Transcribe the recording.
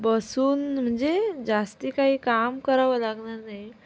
बसून म्हणजे जास्त काही काम करावं लागणार नाही